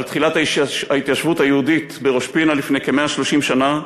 על תחילת ההתיישבות היהודית בראש-פינה לפני כ-130 שנה,